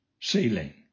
ceiling